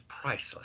priceless